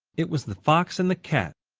it was the fox and the cat,